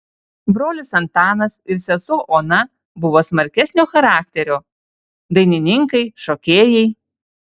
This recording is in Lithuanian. brolis antanas ir sesuo ona buvo smarkesnio charakterio dainininkai šokėjai